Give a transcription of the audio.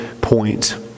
point